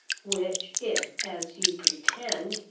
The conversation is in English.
which if, as you pretend,